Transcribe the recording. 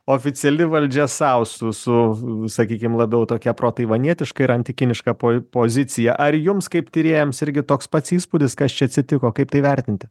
oficiali valdžia sau su su sakykim labiau tokia pro taivanietiška antikiniška po pozicija ar jums kaip tyrėjams irgi toks pats įspūdis kas čia atsitiko kaip tai vertinti